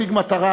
ניסן,